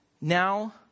Now